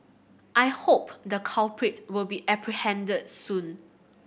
I hope the culprit will be apprehended soon